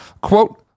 Quote